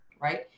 right